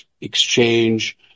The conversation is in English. exchange